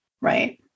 right